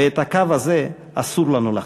ואת הקו הזה אסור לנו לחצות.